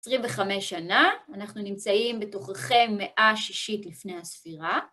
25 שנה, אנחנו נמצאים בתוככי מאה שישית לפני הספירה.